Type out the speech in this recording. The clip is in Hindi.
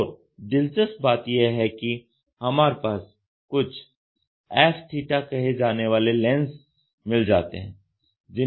और दिलचस्प बात यह है कि हमारे पास कुछ f theta कहे जाने वाले लेंस मिल जाते हैं जिनका उपयोग हो रहा है